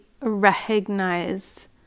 recognize